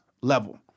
level